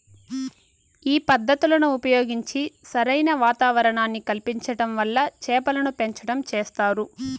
ఈ పద్ధతులను ఉపయోగించి సరైన వాతావరణాన్ని కల్పించటం వల్ల చేపలను పెంచటం చేస్తారు